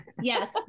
Yes